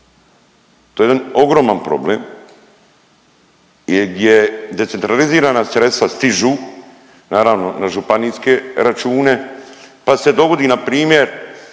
To je jedan ogroman problem jer gdje centralizirana sredstva stižu naravno na županijske račune pa se dogodi npr.